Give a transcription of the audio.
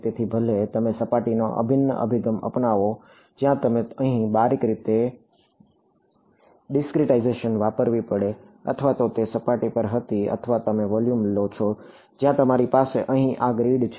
તેથી ભલે તમે સપાટીનો અભિન્ન અભિગમ અપનાવો જ્યાં તમારે અહીં બારીક રીતે ડિસ્કરીટાઈઝેશન વાપરવી પડે અથવા તો આ સપાટી હતી અથવા તમે વોલ્યુમ લો છો જ્યાં તમારી પાસે અહીં આ ગ્રીડ છે